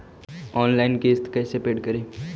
Online किस्त कैसे paid करि?